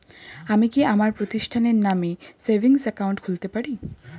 আমি কি আমার প্রতিষ্ঠানের নামে সেভিংস একাউন্ট খুলতে পারি?